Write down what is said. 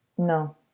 No